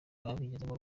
ababigizemo